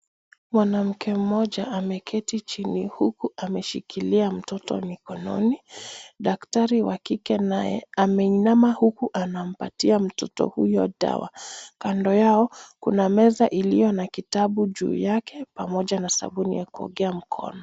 Mwanamke mmoja ameketi chini, huku ameshikilia mtoto mikononi. Daktari wa kike naye ameinama, huku anampatia mtoto huyo dawa. Kando yao kuna meza iliyo na kitabu juu yake, pamoja na sabuni ya kuogea mkono.